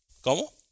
¿Cómo